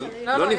אבל לא נפגעת.